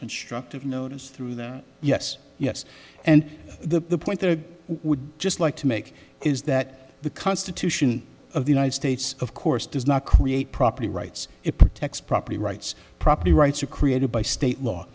constructive notice through there yes yes and the point there would be just like to make is that the constitution of the united states of course does not create property rights it protects property rights property rights are created by state law